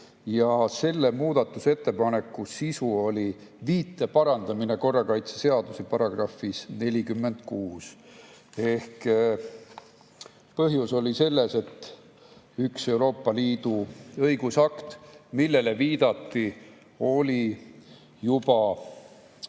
ja selle muudatusettepaneku sisu oli viite parandamine korrakaitseseaduse §‑s 46. Põhjus oli selles, et üks Euroopa Liidu õigusakt, millele viidati, oli juba